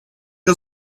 que